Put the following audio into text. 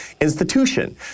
institution